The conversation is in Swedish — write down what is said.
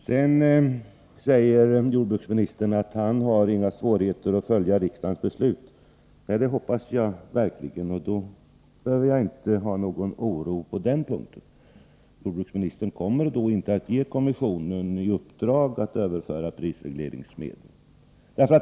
Sedan säger jordbruksministern att han inte har några svårigheter att följa riksdagens beslut. Nej, det hoppas jag verkligen, och då behöver jag inte känna någon oro på den punkten. Jordbruksministern kommer inte att ge kommissionen i uppdrag att överföra prisregleringsmedel.